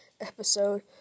episode